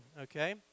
okay